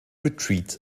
retreat